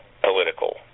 political